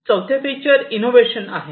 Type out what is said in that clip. चौथे feature innovation आहे